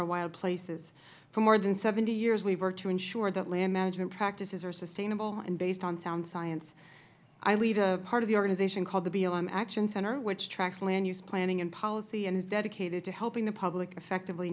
our wild places for more than seventy years we have worked to ensure that land management practices are sustainable and based on sound science i lead a part of the organization called the blm action center which tracks land use planning and policy and is dedicated to helping the public effectively